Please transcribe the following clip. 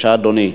בבקשה, אדוני.